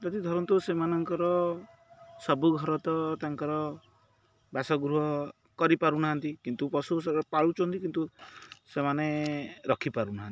ଯଦି ଧରନ୍ତୁ ସେମାନଙ୍କର ସବୁ ଘର ତ ତାଙ୍କର ବାସଗୃହ କରି ପାରୁ ନାହାନ୍ତି କିନ୍ତୁ ପଶୁ ପାଳୁଛନ୍ତି କିନ୍ତୁ ସେମାନେ ରଖି ପାରୁନାହାନ୍ତି